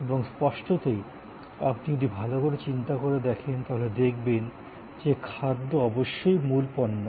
এবং স্পষ্টতই আপনি যদি ভালো করে চিন্তা করে দেখেন তাহলে দেখবেন যে খাদ্য অবশ্যই মূল পণ্য